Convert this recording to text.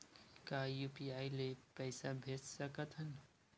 का यू.पी.आई ले पईसा भेज सकत हन?